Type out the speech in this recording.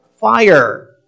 fire